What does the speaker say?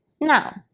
Now